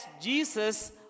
Jesus